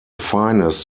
finest